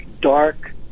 dark